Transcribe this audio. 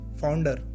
founder